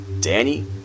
Danny